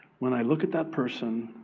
when i look at that person